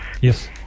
Yes